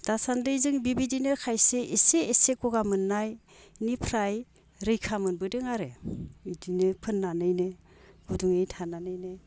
दासान्दै जों बिबायदिनो खायसे एसे एसे गगा मोननायनिफ्राय रैखा मोनबोदों आरो इदिनो फोननानैनो गुदुङै थानानैनो